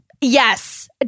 yes